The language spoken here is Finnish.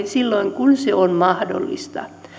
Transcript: silloin kun se on mahdollista